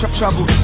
trouble